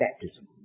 baptism